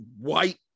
white